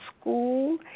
school